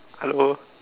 hello